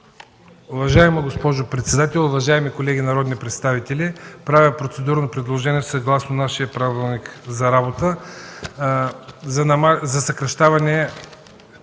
Уважаема госпожо председател, уважаеми колеги народни представители, правя процедурно предложение съгласно Правилника за организацията